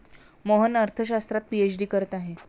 मोहन अर्थशास्त्रात पीएचडी करत आहे